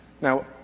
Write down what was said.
Now